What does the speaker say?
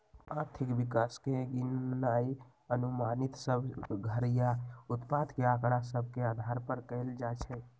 आर्थिक विकास के गिननाइ अनुमानित सभ घरइया उत्पाद के आकड़ा सभ के अधार पर कएल जाइ छइ